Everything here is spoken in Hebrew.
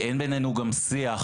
אין בינינו גם שיח,